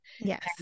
Yes